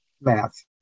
math